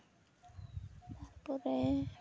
ᱛᱟᱨᱯᱚᱨᱮ